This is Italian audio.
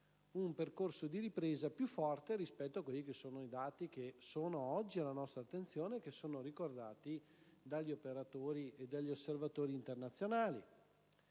un percorso di ripresa più forte rispetto ai dati che sono oggi alla nostra attenzione e che sono ricordati dagli operatori e dagli osservatori internazionali.